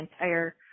entire